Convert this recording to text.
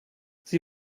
sie